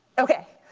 okay,